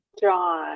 John